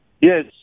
Yes